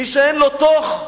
מי שאין לו תוך,